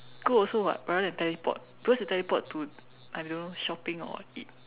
good also [what] rather than teleport because you teleport to I don't know shopping or eat